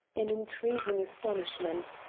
in increasing astonishment.